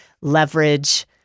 leverage